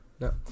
No